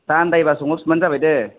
दा आन्दायबायबा सोंहरफिनबानो जाबाय दे